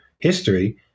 history